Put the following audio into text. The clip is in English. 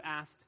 asked